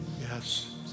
Yes